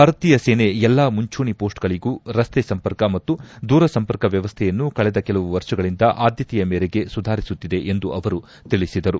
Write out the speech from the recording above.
ಭಾರತೀಯ ಸೇನೆ ಎಲ್ಲಾ ಮುಂಚೂಣಿ ಮೊಸ್ಟ್ಗಳಿಗೂ ರಸ್ತೆ ಸಂಪರ್ಕ ಮತ್ತು ದೂರ ಸಂಪರ್ಕ ವ್ಯವಸ್ಥೆಯನ್ನು ಕಳೆದ ಕೆಲವು ವರ್ಷಗಳಿಂದ ಆದ್ಯತೆಯ ಮೇರೆಗೆ ಸುಧಾರಿಸುತ್ತಿದೆ ಎಂದು ಅವರು ತಿಳಿಸಿದರು